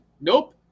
Nope